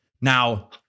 Now